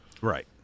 Right